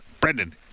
Brendan